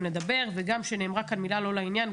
לדבר וגם כשנאמרה כאן מילה לא לעניין,